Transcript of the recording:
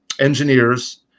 engineers